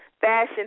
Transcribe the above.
fashion